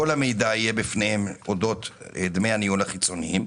כל המידע יהיה בפניכם אודות דמי הניהול החיצוניים.